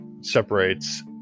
separates